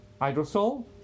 hydrosol